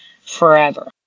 forever